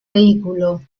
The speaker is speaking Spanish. vehículo